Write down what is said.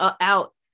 out